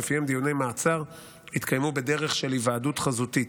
ולפיהן דיוני מעצר יתקיימו בדרך של היוועדות חזותית.